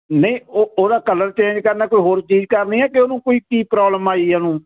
ਨਹੀਂ ਉਹ ਉਹਦਾ ਕਲਰ ਚੇਂਜ ਕਰਨਾ ਕੋਈ ਹੋਰ ਚੀਜ਼ ਕਰਨੀ ਹ ਕਿ ਉਹਨੂੰ ਕੋਈ ਕੀ ਪ੍ਰੋਬਲਮ ਆਈ ਉਹਨੂੰ